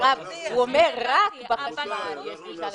הוא אומר משהו הרבה יותר חמור מזה.